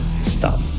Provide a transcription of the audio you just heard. stop